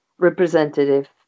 Representative